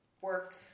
work